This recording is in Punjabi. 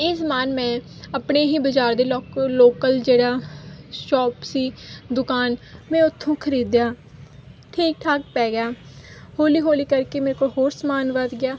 ਇਹ ਸਮਾਨ ਮੈਂ ਆਪਣੇ ਹੀ ਬਾਜ਼ਾਰ ਦੇ ਲੋਕ ਲੋਕਲ ਜਿਹੜਾ ਸ਼ੋਪ ਸੀ ਦੁਕਾਨ ਮੈਂ ਉੱਥੋਂ ਖਰੀਦਿਆ ਠੀਕ ਠਾਕ ਪੈ ਗਿਆ ਹੌਲੀ ਹੌਲੀ ਕਰਕੇ ਮੇਰੇ ਕੋਲ ਹੋਰ ਸਮਾਨ ਵੱਧ ਗਿਆ